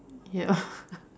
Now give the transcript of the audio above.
ya